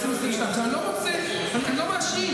אני לא מאשים,